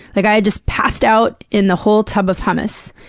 like, i had just passed out in the whole tub of hummus,